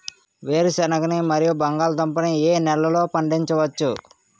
వేరుసెనగ మరియు బంగాళదుంప ని ఏ నెలలో పండించ వచ్చు?